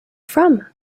from